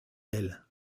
elle